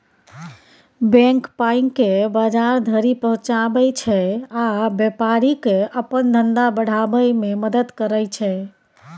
bank पाइकेँ बजार धरि पहुँचाबै छै आ बेपारीकेँ अपन धंधा बढ़ाबै मे मदद करय छै